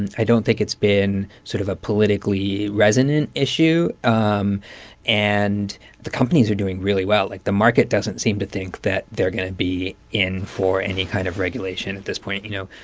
and i don't think it's been sort of a politically resonant issue. um and the companies are doing really well. like, the market doesn't seem to think that they're going to be in for any kind of regulation at this point, you know?